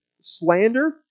slander